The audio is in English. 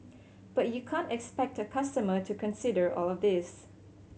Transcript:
but you can't expect a customer to consider all of this